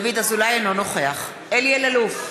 אינו נוכח אלי אלאלוף,